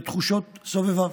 לתחושות סובביו.